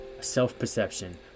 self-perception